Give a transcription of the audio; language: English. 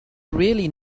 really